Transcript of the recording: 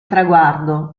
traguardo